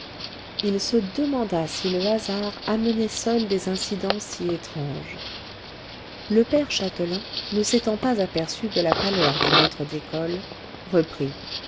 il se demanda si le hasard amenait seul des incidents si étranges le père châtelain ne s'étant pas aperçu de la pâleur du maître d'école reprit